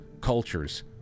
cultures